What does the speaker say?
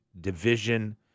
division